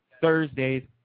Thursdays